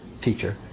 teacher